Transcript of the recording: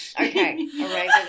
Okay